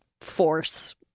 force